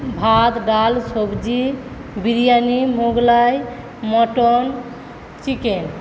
ভাত ডাল সবজি বিরিয়ানি মোগলাই মটন চিকেন